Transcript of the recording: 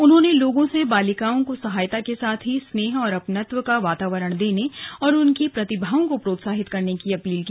उन्होंने लोगों से बालिकाओं को सहायता के साथ ही स्नेह और अपनत्व का वातावरण देने और उनकी प्रतिभाओं को प्रोत्साहित करने की अपील की